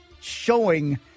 showing